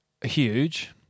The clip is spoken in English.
huge